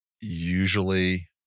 usually